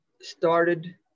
started